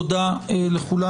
תודה רבה, הישיבה נעולה.